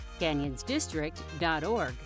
canyonsdistrict.org